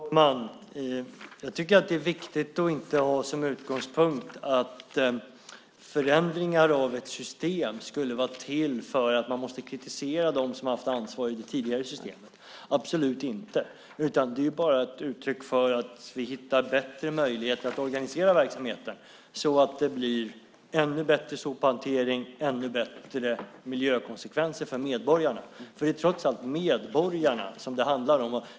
Fru talman! Jag tycker att det är viktigt att inte ha som utgångspunkt att förändringar av ett system skulle vara till för att man måste kritisera dem som har haft ansvaret i det tidigare systemet - absolut inte - utan det är bara ett uttryck för att vi hittar bättre möjligheter att organisera verksamheten så att det blir ännu bättre sophantering och ännu bättre miljökonsekvenser för medborgarna. Det är trots allt medborgarna som det handlar om.